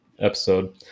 episode